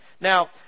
Now